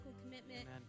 commitment